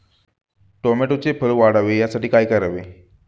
टोमॅटोचे फळ वाढावे यासाठी काय करावे?